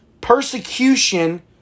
persecution